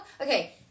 okay